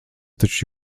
taču